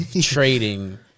trading